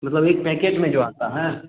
मतलब एक पैकेट में जो आता है